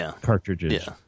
cartridges